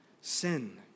sin